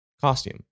costume